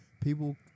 people